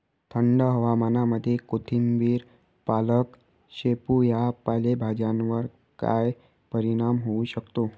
थंड हवामानामध्ये कोथिंबिर, पालक, शेपू या पालेभाज्यांवर काय परिणाम होऊ शकतो?